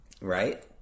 right